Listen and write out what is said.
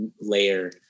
layer